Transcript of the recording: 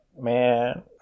Man